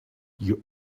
you